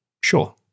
sure